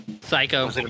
Psycho